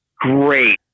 great